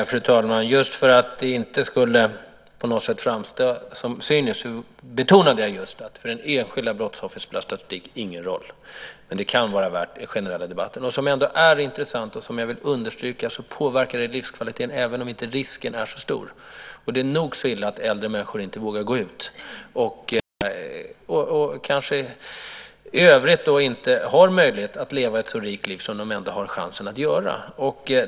Fru talman! Just för att det inte på något sätt skulle framstå som cyniskt betonade jag just att för det enskilda brottsoffret spelar statistik ingen roll, men den kan vara värdefull i den generella debatten. Något som ändå är intressant och som jag vill understryka är att det påverkar livskvaliteten även om inte risken är så stor. Det är nog så illa att inte äldre människor vågar gå ut och kanske i övrigt inte har möjlighet att leva ett så rikt liv som de ändå har chansen att göra.